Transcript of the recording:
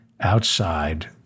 outside